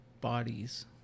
bodies